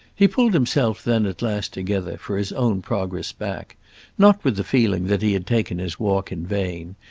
he pulled himself then at last together for his own progress back not with the feeling that he had taken his walk in vain.